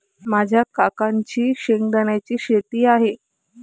माझ्या काकांची शेंगदाण्याची शेती आहे